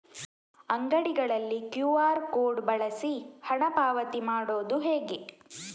ಅಂಗಡಿಗಳಲ್ಲಿ QR code ಬಳಸಿ ಹಣ ಪಾವತಿ ಮಾಡೋದು ಹೇಗೆ?